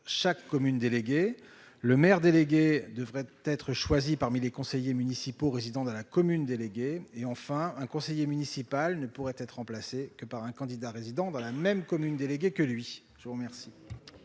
chaque commune, déléguée le maire délégué devrait être choisi parmi les conseillers municipaux résidant dans la commune, déléguée et enfin un conseiller municipal ne pourraient être remplacés que par un candidat résidant dans la même commune déléguée que lui, je vous remercie.